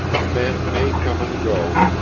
men may come and go,